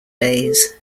days